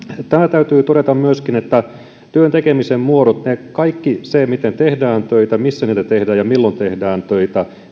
täytyy todeta myöskin että työn tekemisen muodot kaikki se miten tehdään töitä missä niitä tehdään ja milloin tehdään töitä